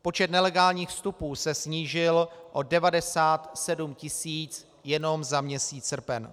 Počet nelegálních vstupů se snížil o 97 tisíc jenom za měsíc srpen.